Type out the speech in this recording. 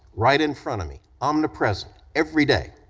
right in front of me, omnipresent, every day,